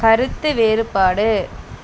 கருத்து வேறுபாடு